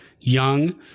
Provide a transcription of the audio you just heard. young